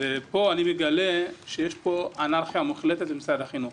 אני בכוונה חותר לשם, דודי.